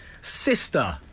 Sister